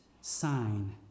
sign